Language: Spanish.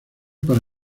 para